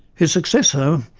his successor,